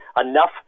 enough